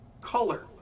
color